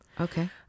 Okay